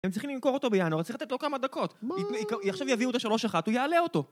הם צריכים למכור אותו בינואר, צריך לתת לו כמה דקות מה? עכשיו יביאו את השלוש אחת, הוא יעלה אותו